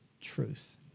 truth